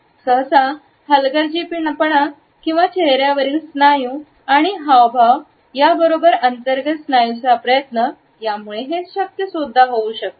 सहसा हलगर्जीपणा किंवा चेहर्यावरील स्नायू आणि हावभाव बरोबर अंतर्गत स्नायूंचा प्रयत्न यामुळे हे शक्य होऊ शकते